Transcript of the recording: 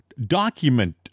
document